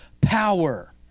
power